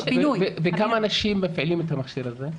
וכמה אנשים מפעילים את המכשיר הזה?